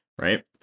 Right